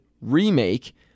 remake